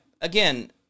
again